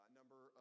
number